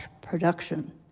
production